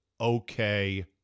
okay